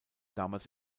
damals